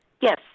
Yes